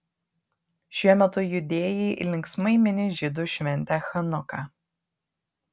šiuo metu judėjai linksmai mini žydų šventę chanuką